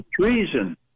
treason